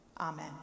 Amen